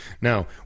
Now